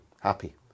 happy